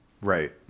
right